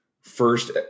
first